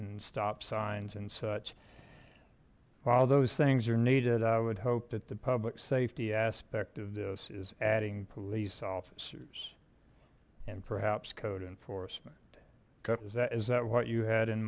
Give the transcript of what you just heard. and stop signs and such while those things are needed i would hope that the public safety aspect of this is adding police officers and perhaps code enforcement because that is that what you had in